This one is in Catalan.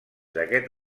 d’aquest